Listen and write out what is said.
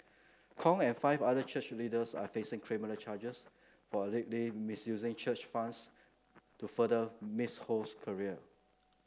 Kong and five other church leaders are facing criminal charges for allegedly misusing church funds to further Miss Ho's career